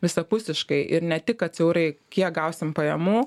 visapusiškai ir ne tik kad siaurai kiek gausim pajamų